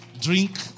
Drink